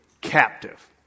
captive